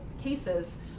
cases